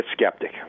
skeptic